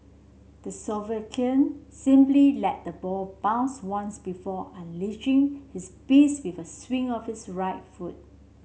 the Slovakian simply let the ball bounce once before unleashing his beast with a swing of his right foot